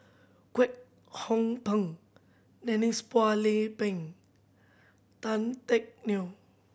Kwek Hong Png Denise Phua Lay Peng Tan Teck Neo